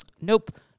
Nope